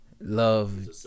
love